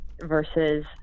versus